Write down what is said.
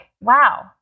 wow